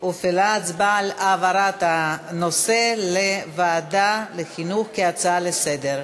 הופעלה ההצבעה על העברת הנושא לוועדת החינוך כהצעה לסדר-היום.